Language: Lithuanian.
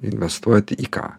investuoti į ką